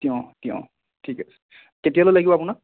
তিয়হ তিয়হ ঠিক আছে কেতিয়ালৈ লাগিব আপোনাক